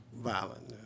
Violent